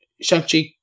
Shang-Chi